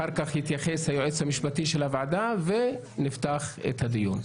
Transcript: אחר כך יתייחס היועץ המשפטי של הוועדה ונפתח את הדיון.